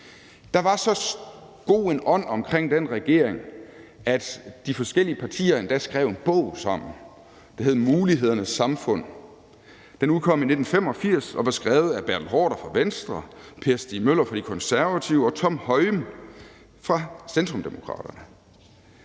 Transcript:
Der var så god en ånd i den regering, at de forskellige partier endda skrev en bog sammen, der hed »Mulighedernes samfund«. Den udkom i 1985 og var skrevet af Bertel Haarder fra Venstre, Per Stig Møller fra De Konservative og Tom Høyem fra Centrum-Demokraterne.